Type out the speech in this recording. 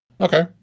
Okay